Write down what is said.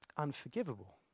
unforgivable